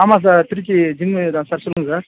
ஆமாம் sir Trichy gym இதான் sir சொல்லுங்கள் சார்